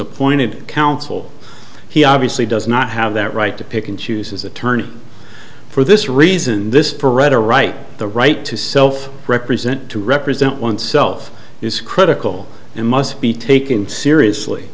appointed counsel he obviously does not have that right to pick and choose his attorney for this reason this forever right the right to self represent to represent oneself is critical and must be taken seriously